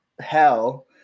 hell